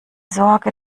sorge